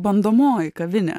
bandomoji kavinė